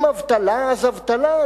אם אבטלה אז אבטלה.